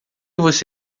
você